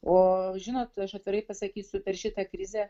o žinot aš atvirai pasakysiu per šitą krizę